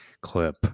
clip